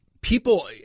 people